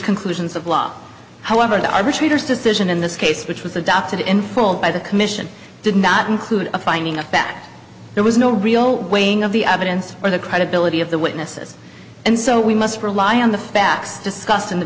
conclusions of law however the arbitrator's decision in this case which was adopted in full by the commission did not include a finding of fact there was no real weighing of the evidence or the credibility of the witnesses and so we must rely on the facts discussed in the